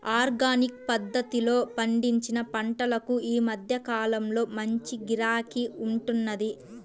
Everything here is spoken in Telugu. ఆర్గానిక్ పద్ధతిలో పండించిన పంటలకు ఈ మధ్య కాలంలో మంచి గిరాకీ ఉంటున్నది